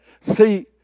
see